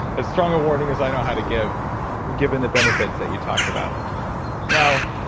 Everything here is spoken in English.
a stronger warning is i know how to give given the benefits that you talked about now,